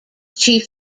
chief